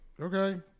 okay